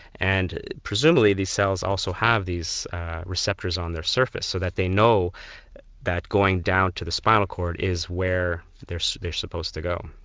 and presumably these cells also have these receptors on their surface so that they know that going down to the spinal cord is where they are supposed to go.